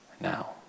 now